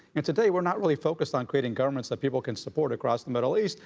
and today, we're not really focused on creating governments that people can support across the middle east,